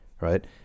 Right